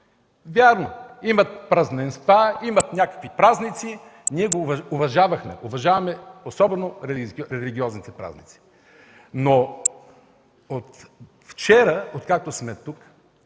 Вярно, имат празненства, имат някакви празници – ние го уважавахме, уважаваме особено религиозните празници. Но от вчера, откакто сме тук